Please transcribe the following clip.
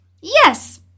yes